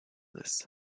this